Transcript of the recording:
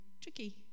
tricky